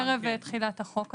אין ערב תחילת החוק הזה.